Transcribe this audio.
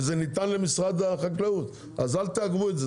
וזה ניתן למשרד החקלאות, אז אל תעכבו את זה.